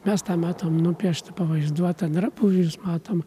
mes tą matom nupiešta pavaizduota drabužius matom